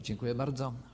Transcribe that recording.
Dziękuję bardzo.